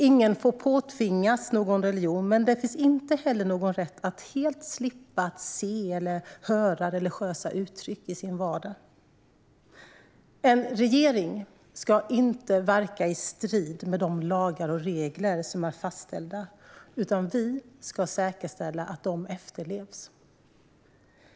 Ingen får påtvingas någon religion, men det finns inte heller någon rätt att helt slippa se eller höra religiösa uttryck i sin vardag. En regering ska inte verka i strid med de lagar och regler som är fastställda, utan vi ska säkerställa att de efterlevs.